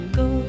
go